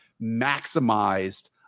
maximized